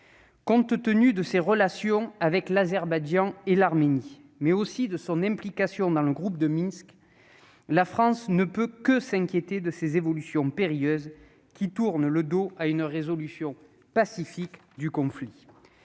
Compte tenu de ses relations avec l'Azerbaïdjan et l'Arménie, mais aussi de son implication dans le groupe de Minsk, la France ne peut que s'inquiéter de ces évolutions périlleuses qui éloignent la perspective d'une résolution pacifique du conflit.